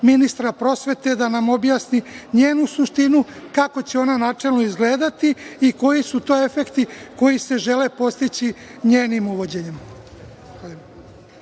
ministra prosvete da nam objasni njenu suštinu kako će ona načelno izgledati i koji su to efekti koji se žele postići njenim